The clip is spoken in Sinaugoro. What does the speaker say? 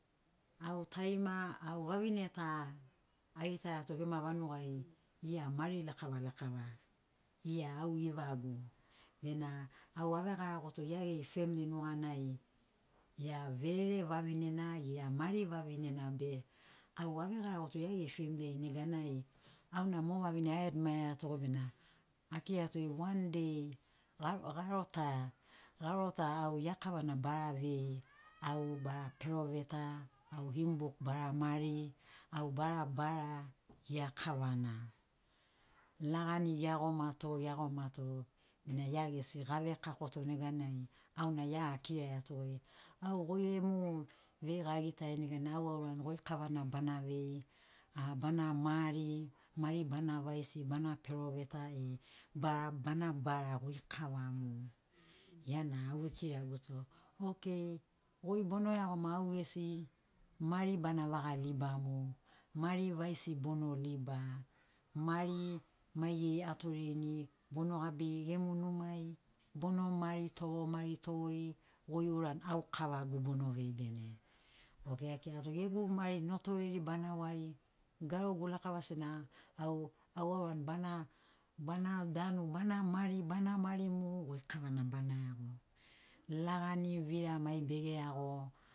Au tarima, au vavine ta agitaiato gema vanugai, ia mari lakava lakava, ia au ivagu bena au avegaragoto ia geri femli nuganai ia verere vavinena, ia mari vavinena be au ave garagoto ia geri femli ai neganai au na mo vavine aedmaiato goi bena akirato goi wan dei, garo ta, garo ta au ia kavana bara vei, au bara peroveta, au him buk bara mari, au bara bara ia kavana. lagani iagomato. iagomato ne ia gesi gave kakoto nega nai au na ia akiraiato goi au goi gemu veiga agitarin nega nai au auran goi kavana bana vei, a bana mari, mari bana vaisi, bana peroveta, e barabana bara goi kavamu. ia na au ikiraguto, “okei, goi bono iagoma au gesi mari bana vaga libamu, mari vaisi bono liba, mari maigeri atorerini bono gabiri gemu numai bono maritogo maritogori goi uran au kavagu bono vei bene.” okei akirato, “gegu mari notoreri, bana wari garogu lakava sena au au auran bana bana danu bana mari, bana mari mu goi kavana bana iago.” lagani vira mai bege iago